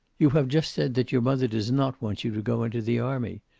you have just said that your mother does not want you to go into the army.